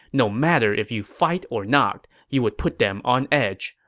no matter if you fight or not, you would put them on edge.